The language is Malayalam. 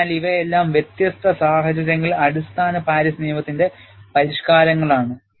അതിനാൽ ഇവയെല്ലാം വ്യത്യസ്ത സാഹചര്യങ്ങളിൽ അടിസ്ഥാന പാരീസ് നിയമത്തിന്റെ പരിഷ്കാരങ്ങളാണ്